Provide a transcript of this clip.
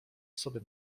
osobie